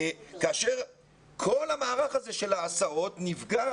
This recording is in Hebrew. כאשר כל המערך הזה שלה הסעות נפגע